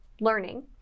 learning